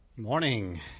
morning